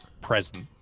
present